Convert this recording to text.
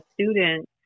students